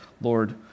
Lord